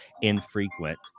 infrequent